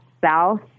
South